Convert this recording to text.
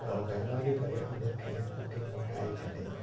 तव्हां महिरबानी करे हुन खे मूंखे मोटाए छॾियो